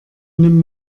nimm